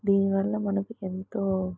దీనివల్ల మనకు ఎంతో